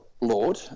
Lord